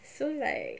so like